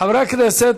חברי הכנסת,